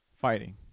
fighting